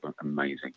amazing